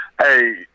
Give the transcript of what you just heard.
hey